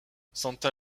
santa